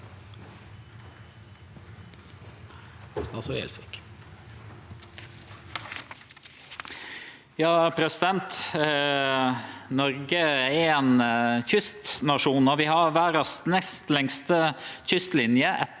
Noreg er ein kystnasjon. Vi har verdas nest lengste kystlinje